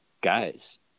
guys